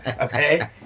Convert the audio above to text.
Okay